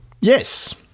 yes